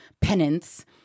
penance